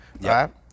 right